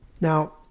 Now